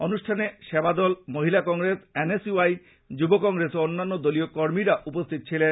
অনুষ্ঠানে সেবাদল মহিলা Congress N S U I যুব কংগ্রেস ও অন্যান্য দলীয় কর্মীরা উপস্থিত ছিলেন